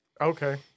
Okay